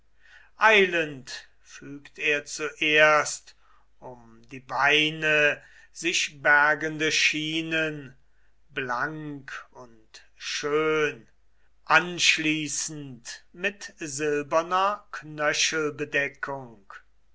eilend fügt er zuerst um die beine sich bergende schienen blank und schön anschließend mit silberner